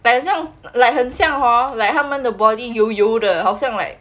like 很像 like 很像 hor like 他们的 body 油油的好像 like